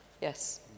Yes